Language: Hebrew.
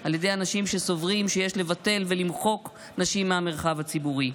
על ידי אנשים שסוברים שיש לבטל ולמחוק נשים מהמרחב הציבורי.